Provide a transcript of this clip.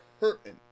hurting